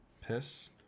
piss